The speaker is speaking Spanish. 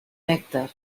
néctar